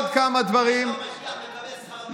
היום משגיח מקבל שכר מינימום,